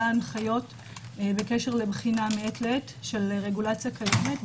הנחיות בקשר לבחינה מעת לעת של רגולציה קיימת,